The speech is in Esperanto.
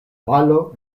valo